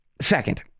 Second